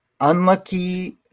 unlucky